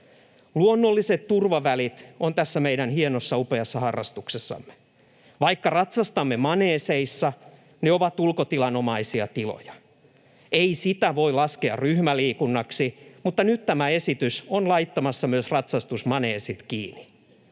ratsastuskoulut. Tässä meidän hienossa, upeassa harrastuksessamme on luonnolliset turvavälit. Vaikka ratsastamme maneeseissa, ne ovat ulkotilanomaisia tiloja. Ei sitä voi laskea ryhmäliikunnaksi, mutta nyt tämä esitys on laittamassa myös ratsastusmaneesit kiinni,